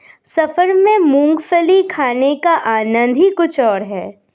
सफर में मूंगफली खाने का आनंद ही कुछ और है